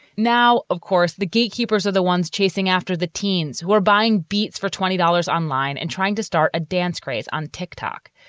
now, of course, the gatekeepers are the ones chasing after the teens who are buying beats for twenty dollars online and trying to start a dance craze on tick-tock.